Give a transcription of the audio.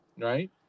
right